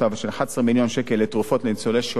11 מיליון שקל לתרופות לניצולי שואה.